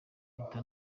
mpita